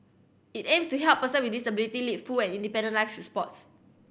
it aims to help person with disability lead full and independent live through sports